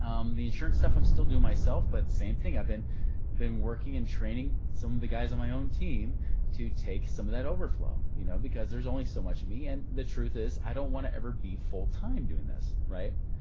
the insurance stuff, i'm still doing myself, but same thing i've been been working in training some of the guys on my own team to take some that of overflow, you know, because there's only so much of me and the truth is i don't want to ever be full-time doing this. right?